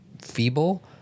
feeble